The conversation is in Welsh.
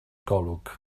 golwg